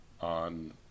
on